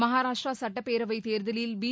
மகாராஷ்டிரா சட்டப்பேரவை தேர்தலில் பி